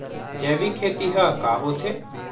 जैविक खेती ह का होथे?